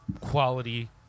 quality